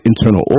internal